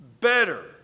better